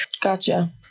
Gotcha